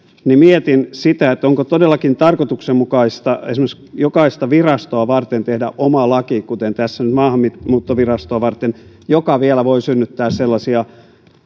niin mietin sitä onko todellakin tarkoituksenmukaista esimerkiksi jokaista virastoa varten tehdä oma laki kuten tässä nyt maahanmuuttovirastoa varten joka vielä voi synnyttää sellaisia